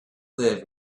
live